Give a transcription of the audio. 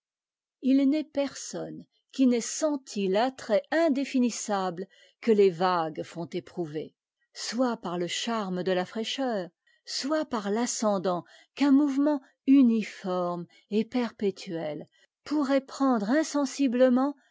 il n'est personne qui n'ait senti l'attrait indécnissable que tes vagues font éprouver soit par le charme de la fraîcheur soit par l'ascendant qu'un mouvement uniforme et perpétuel pourrait prendre